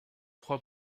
trois